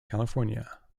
california